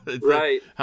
Right